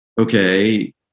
okay